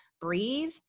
breathe